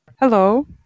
Hello